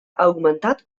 augmentat